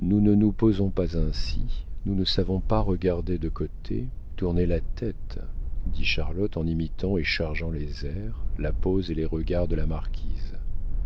nous ne nous posons pas ainsi nous ne savons pas regarder de côté tourner la tête dit charlotte en imitant et chargeant les airs la pose et les regards de la marquise